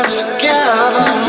together